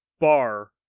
bar